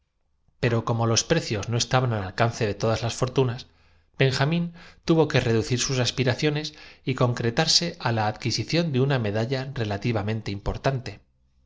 tie como los precios no estaban al alcance de todas las rra verdad es que el tiempo le faltaba para cuanto no fortunas benjamín tuvo que reducir sus aspiraciones fuese aprender sánscrito hebreo chino y un par de y concretarse a la adquisición de una medalla relativamente